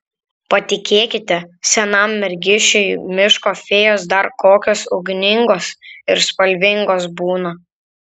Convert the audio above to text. patikėkite senam mergišiui miško fėjos dar kokios ugningos ir spalvingos būna